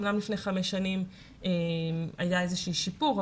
אומנם לפני חמש שנים היה איזשהו שיפור,